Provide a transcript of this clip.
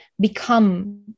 become